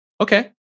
Okay